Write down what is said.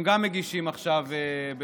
הם גם מגישים עכשיו,